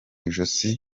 ijosi